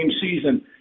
season